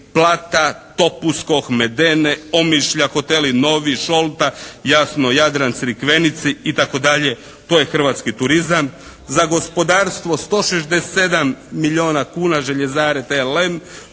Blata, Topuskog, Medene, Omišlja, hoteli Novi, Šolta, jasno Jadran, Crikvenici i tako dalje. To je hrvatski turizam. Za gospodarstvo 167 milijuna kuna željezare "DLM",